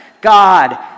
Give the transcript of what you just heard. God